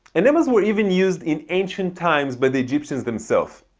and enemas were even used in ancient times by the egyptians themself.